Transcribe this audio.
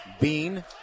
Bean